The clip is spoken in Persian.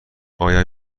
آیا